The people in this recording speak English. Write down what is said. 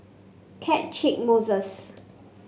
Catchick Moses